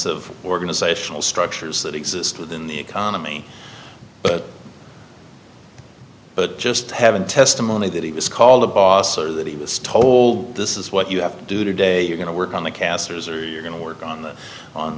of organizational structures that exist within the economy but but just have a testimony that he was called the boss or that he was told this is what you have to do today you're going to work on the castors are going to work on